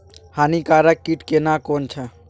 हानिकारक कीट केना कोन छै?